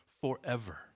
forever